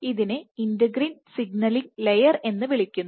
ഇതിനെ integrin signalling layer എന്ന് വിളിക്കുന്നു